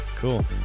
Cool